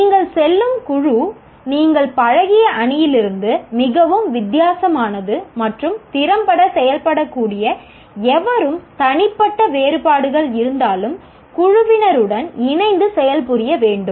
நீங்கள் செல்லும் குழு நீங்கள் பழகிய அணியிலிருந்து மிகவும் வித்தியாசமானது மற்றும் திறம்பட செயல்படக்கூடிய எவரும் தனிப்பட்ட வேறுபாடுகள் இருந்தாலும் குழுவினருடன் இணைந்து செயல்புரிய வேண்டும்